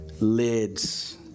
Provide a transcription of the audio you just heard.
lids